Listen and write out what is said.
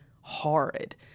horrid